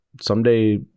Someday